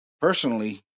personally